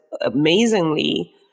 amazingly